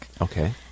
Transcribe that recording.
Okay